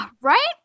right